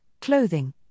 clothing